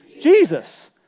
Jesus